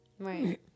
Right